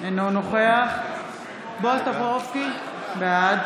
אינו נוכח בועז טופורובסקי, בעד